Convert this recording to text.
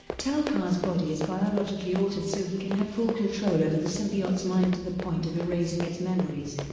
tel-kar's body is biologically altered so he can have full control over the symbiote's mind to the point of erasing its memories.